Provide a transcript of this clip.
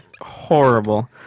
horrible